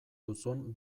duzun